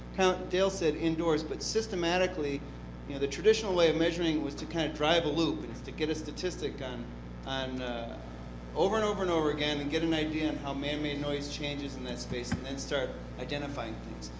dale said indoors, but systematically you know the traditional way of measuring was to kind of drive a loop and get a statistic on um over and over and over again and get an idea on how man made noise changes in that space and then start identifying things.